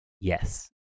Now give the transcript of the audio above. Yes